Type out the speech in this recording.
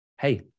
hey